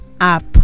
app